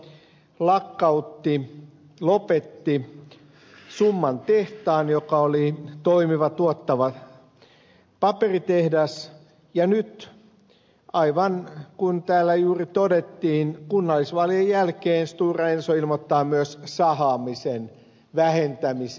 stora enso lakkautti lopetti summan tehtaan joka oli toimiva tuottava paperitehdas ja nyt aivan niin kuin täällä juuri todettiin kunnallisvaalien jälkeen stora enso ilmoittaa myös sahaamisen vähentämisestä